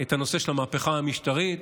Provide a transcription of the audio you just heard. את הנושא של המהפכה המשטרית